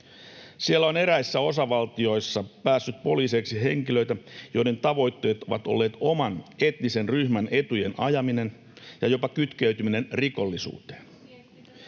Siellä on eräissä osavaltioissa päässyt poliiseiksi henkilöitä, joiden tavoitteet ovat olleet oman etnisen ryhmän etujen ajaminen ja jopa kytkeytyminen rikollisuuteen.